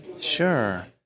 Sure